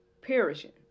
perishing